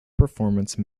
performance